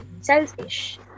Selfish